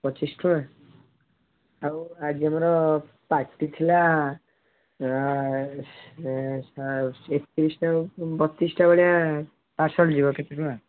ପଚିଶ ଟଙ୍କା ଆଉ ଆଜି ଆମର ପାର୍ଟି ଥିଲା ଏଁ ସେଇ ବତିଶଟା ଭଳିଆ ପାର୍ସଲ ଯିବ କେତେ ଟଙ୍କା